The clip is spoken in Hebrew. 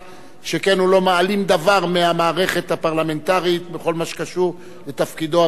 שכן הוא לא מעלים דבר מהמערכת הפרלמנטרית בכל מה שקשור בתפקידו הביצועי.